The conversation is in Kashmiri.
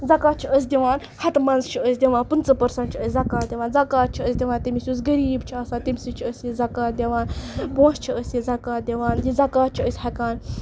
زکات چھِ أسۍ دِوان ہَتہٕ منٛز چھِ أسۍ دِوان پٕنٛژٕ پٔرسَنٛٹ چھِ أسۍ زکات دِوان زکات چھِ أسۍ دِوان تٔمِس یُس غریٖب چھُ آسان تٔمۍ سٕے چھِ أسۍ یہِ زکات دِوان پونٛسہٕ چھِ أسۍ یہِ زکات دِوان یہِ زکات چھِ أسۍ ہٮ۪کان